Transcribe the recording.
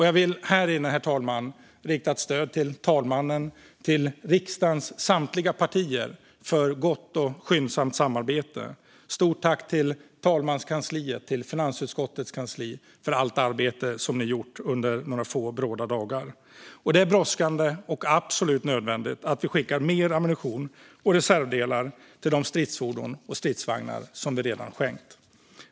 Jag vill här inne, herr talman, rikta ett tack till talmannen och till riksdagens samtliga partier för gott och skyndsamt samarbete. Stort tack till talmanskansliet och finansutskottets kansli för allt arbete som ni gjort under några få bråda dagar! Det är brådskande och absolut nödvändigt att vi skickar mer ammunition och reservdelar till de stridsfordon och stridsvagnar som vi redan skänkt.